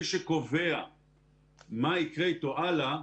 מי שקובע מה יקרה אתו הלאה,